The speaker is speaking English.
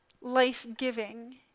life-giving